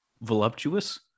voluptuous